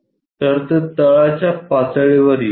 तर ते तळाच्या पातळीवर येईल